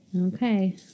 okay